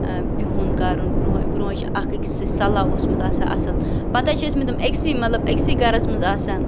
بیٚہُن کَرُن برٛونٛہہ برٛونٛہہ حظ چھِ اَکھ أکِس سۭتۍ صلَح اوسمُت آسان اَصل پَتہٕ حظ چھِ ٲسۍمٕتۍ تِم أکۍسٕے مطلب أکۍسٕے گَرَس منٛز آسان